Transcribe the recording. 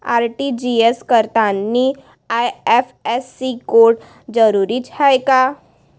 RTGS करतांनी IFSC code जरुरीचा हाय का?